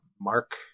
Mark